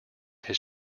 his